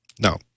no